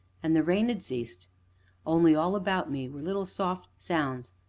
and the rain had ceased only all about me were little soft sounds,